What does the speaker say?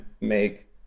make